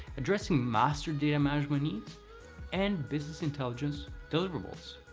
addressing master data management needs and business intelligence deliverables.